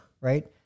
Right